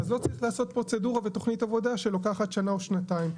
אז לא צריך לעשות פרוצדורה ותוכנית עבודה שלוקחת שנה או שנתיים.